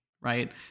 right